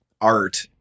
art